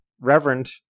reverend